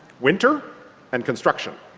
winter and construction.